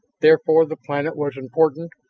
therefore, the planet was important,